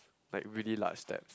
like really large step